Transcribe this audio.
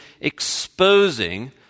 exposing